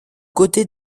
côtés